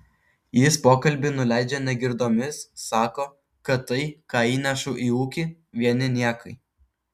jis pokalbį nuleidžia negirdomis sako kad tai ką įnešu į ūkį vieni niekai